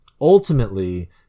Ultimately